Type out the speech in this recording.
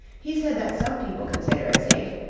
he said that some people consider it safe,